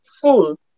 full